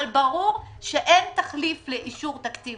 ברור שאין תחליף לאישור תקציב,